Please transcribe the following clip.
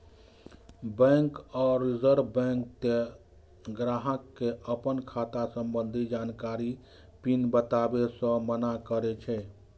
bank आ reserve bank तें ग्राहक कें अपन खाता संबंधी जानकारी, पिन बताबै सं मना करै छै